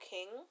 King